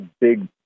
big